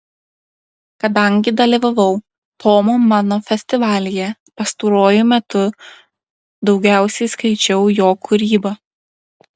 kadangi dalyvavau tomo mano festivalyje pastaruoju metu daugiausiai skaičiau jo kūrybą